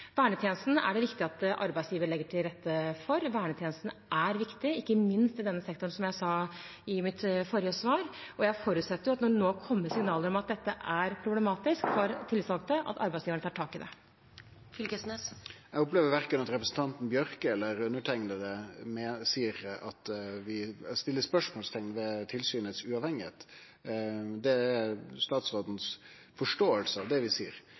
vernetjenesten. Vernetjenesten er viktig, ikke minst i denne sektoren, som jeg sa i mitt forrige svar. Når det nå har kommet signaler om at dette er problematisk for tillitsvalgte, forutsetter jeg at arbeidsgiverne tar tak i det. Eg opplever at verken representanten Bjørke eller underteikna stiller spørsmål ved om tilsynet er uavhengig. Det er statsrådens forståing av det vi